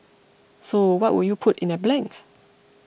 so what would you put in that blank